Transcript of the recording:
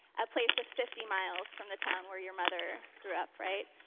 a place just fifty miles from the town where your mother grew up, right?